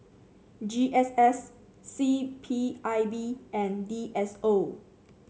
G S S C P I B and D S O